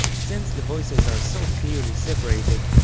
since the voices are so clearly separated,